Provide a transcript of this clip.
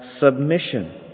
Submission